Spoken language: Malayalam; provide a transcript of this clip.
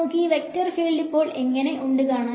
നോക്ക് ഈ വെക്ടർ ഫീൽഡ് ഇപ്പോൾ എങ്ങനെ ഉണ്ട് കാണാൻ